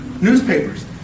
Newspapers